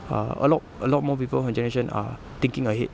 err a lot a lot more people from our generation are thinking ahead